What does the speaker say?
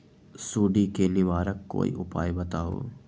सुडी से निवारक कोई उपाय बताऊँ?